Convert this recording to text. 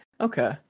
Okay